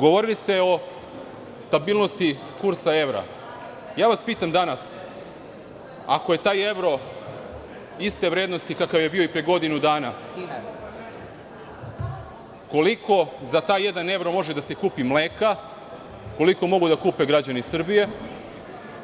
Govorili ste o stabilnosti kursa evra, a ja vas pitam danas, ako je taj evro iste vrednosti kakav je bio i pre godinu dana, koliko za taj jedan evro može da se kupi mleka, koliko mogu da kupe građani Srbije,